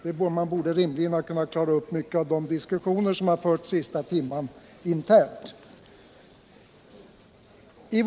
Man borde rimligen internt ha kunnat klara av en stor del av den diskussion som man fört här i kammaren den senaste timmen.